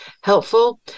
helpful